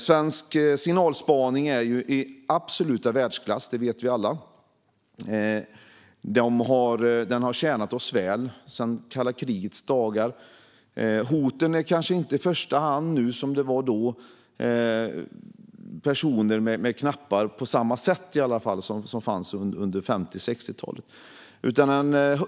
Svensk signalspaning är i absolut världsklass. Det vet vi alla. Den har tjänat oss väl sedan kalla krigets dagar. Hoten är kanske inte i första hand desamma nu som de var då på 50 och 60-talen med personer som trycker på knappar.